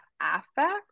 affect